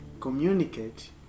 Communicate